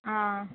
आं